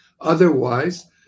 otherwise